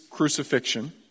crucifixion